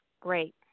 great